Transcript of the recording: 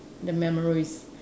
the memories